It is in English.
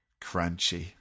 crunchy